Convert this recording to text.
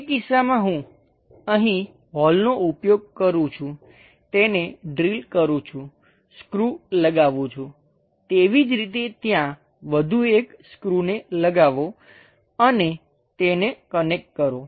તે કિસ્સામાં હું અહીં હોલનો ઉપયોગ કરું છું તેને ડ્રિલ કરું છું સ્ક્રૂ લગાવું છું તેવી જ રીતે ત્યાં વધુ એક સ્ક્રૂને લગાવો અને તેને કનેક્ટ કરો